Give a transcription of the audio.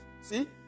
See